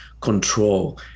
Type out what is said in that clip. control